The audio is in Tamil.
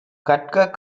கற்க